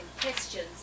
questions